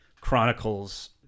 chronicles